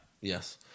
Yes